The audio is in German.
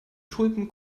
tulpen